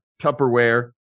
Tupperware